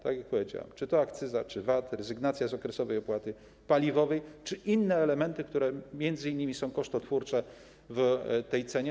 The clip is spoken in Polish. Tak jak powiedziałem - czy akcyza, czy VAT, czy rezygnacja z okresowej opłaty paliwowej, czy inne elementy, które m.in. są kosztotwórcze w tej cenie.